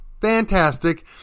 fantastic